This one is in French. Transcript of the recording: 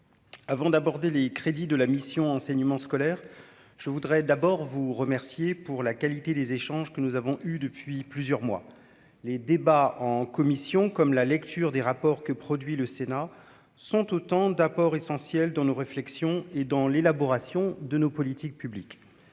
Avant d'aborder les crédits de la mission enseignement scolaire je voudrais d'abord vous remercier pour la qualité des échanges que nous avons eu depuis plusieurs mois les débats en commission comme la lecture des rapports que produit le Sénat sont autant d'apport essentiel dans nos réflexions et dans l'élaboration de nos politiques publiques